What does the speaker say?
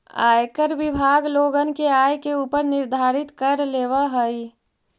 आयकर विभाग लोगन के आय के ऊपर निर्धारित कर लेवऽ हई